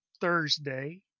Thursday